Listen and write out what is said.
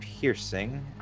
piercing